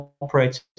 operates